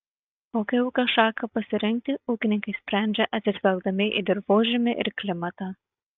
kokią ūkio šaką pasirinkti ūkininkai sprendžia atsižvelgdami į dirvožemį ir klimatą